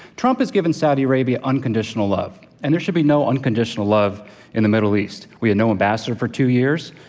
trump has given saudi arabia unconditional love, and there should be no unconditional love in the middle east. we had no ambassador for two years.